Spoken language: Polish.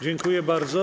Dziękuję bardzo.